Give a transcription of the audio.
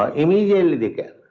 um immediately they came.